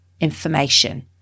information